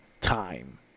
time